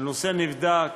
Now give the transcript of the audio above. הנושא נבדק